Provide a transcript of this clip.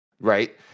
right